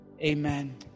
amen